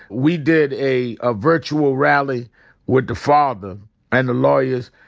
we did a ah virtual rally with the father and the lawyers.